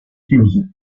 chiuse